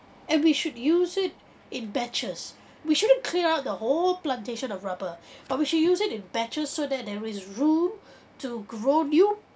and we should use it in batches we shouldn't clear out the whole plantation of rubber but we should use it in batches so that there is room to grow new